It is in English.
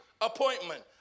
appointment